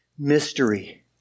mystery